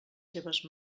seves